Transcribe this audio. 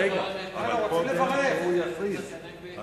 אפשר לברך את